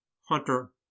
Hunter